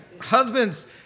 husbands